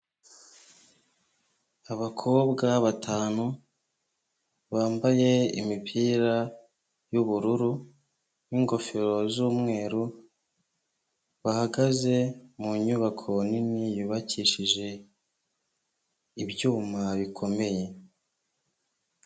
Abakobwa batanu bambaye imipira y'ubururu n'ingofero z'umweru, bahagaze mu nyubako nini yubakishije ibyuma bikomeye.